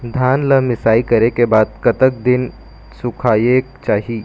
धान ला मिसाई करे के बाद कतक दिन सुखायेक चाही?